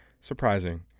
surprising